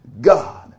God